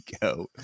go